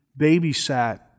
babysat